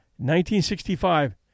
1965